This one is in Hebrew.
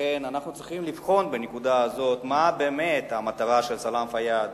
לכן אנחנו צריכים לבחון בנקודה הזאת מה באמת המטרה של סלאם פיאד